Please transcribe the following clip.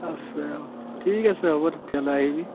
আছে অঁ ঠিক আছে হ'ব তেতিয়াহ'লে আহিবি